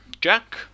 Jack